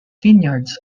vineyards